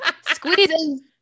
squeezes